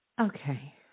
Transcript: okay